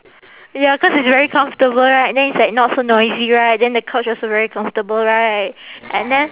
ya cause it's very comfortable right then it's like not so noisy right then the couch also very comfortable right and then